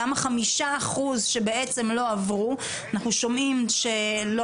גם החמישה אחוז שלא עברו אנחנו שומעים שלא